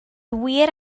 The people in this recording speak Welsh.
wir